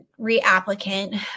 reapplicant